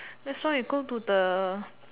that's why we go to the